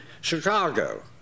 Chicago